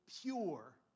pure